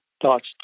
thoughts